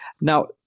Now